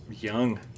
young